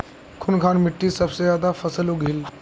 कुनखान मिट्टी सबसे ज्यादा फसल उगहिल?